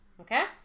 Okay